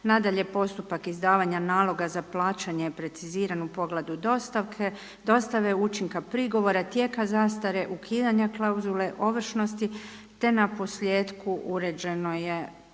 Nadalje, postupak izdavanja naloga za plaćanje preciziran u pogledu dostave učinka prigovora, tijeka zastare, ukidanja klauzule ovršnosti, te naposljetku uređeno je, trebalo